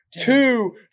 Two